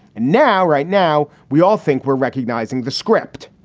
and now right now, we all think we're recognizing the script.